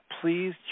Please